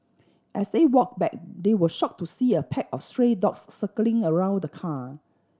as they walked back they were shocked to see a pack of stray dogs circling around the car